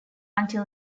until